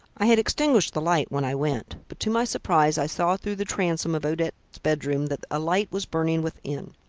i had extinguished the light when i went, but to my surprise i saw through the transom of odette's bedroom that a light was burning within.